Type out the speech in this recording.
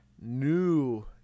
new